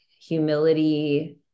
humility